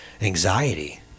Anxiety